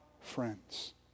friends